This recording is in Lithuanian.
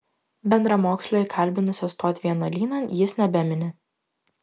bendramokslio įkalbinusio stoti vienuolynan jis nebemini